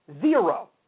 Zero